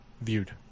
viewed